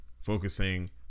focusing